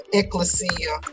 ecclesia